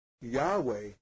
Yahweh